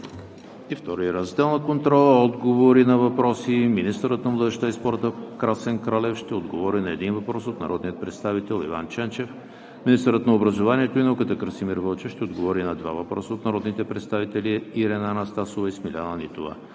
краткосрочен и дългосрочен план. Отговори на въпроси. 1. Министърът на младежта и спорта Красен Кралев ще отговори на един въпрос от народния представител Иван Ченчев. 2. Министърът на образованието и науката Красимир Вълчев ще отговори на два въпроса от народните представители Ирена Анастасова и Смиляна Нитова.